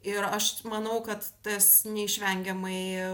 ir aš manau kad tas neišvengiamai